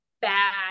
bad